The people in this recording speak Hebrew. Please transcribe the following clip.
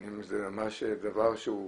זה לא מערכת אמיתית, זה לא מערכת שבנויה בריא.